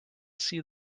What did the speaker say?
see